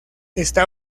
está